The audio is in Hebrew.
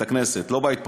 לא בית פרטי,